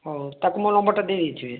ହଉ ତା'କୁ ମୋ ନମ୍ବର୍ ଟା ଦେଇ ଦେଇଥିବେ